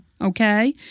okay